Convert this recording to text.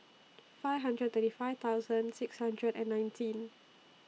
five hundred thirty five thousand six hundred and nineteen